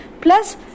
plus